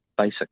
basic